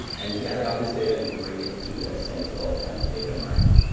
and gather all these data and bring it to a central kind of data mart.